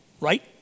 Right